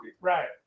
right